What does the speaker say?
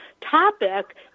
topic